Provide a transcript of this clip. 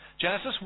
Genesis